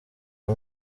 uwo